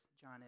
john